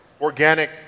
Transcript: organic